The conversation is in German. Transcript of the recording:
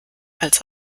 als